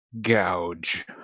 gouge